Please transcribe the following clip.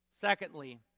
Secondly